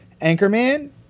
Anchorman